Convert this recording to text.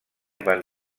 van